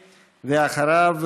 אחריו,